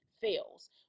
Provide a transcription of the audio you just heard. fails